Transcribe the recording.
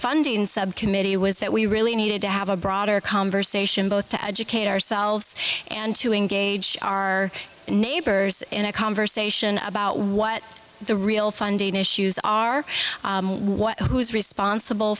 funding subcommittee was that we really needed to have a broader conversation both to educate ourselves and to engage our neighbors in a conversation about what the real funding issues are who's responsible